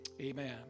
Amen